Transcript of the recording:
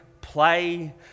play